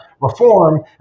reform